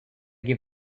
give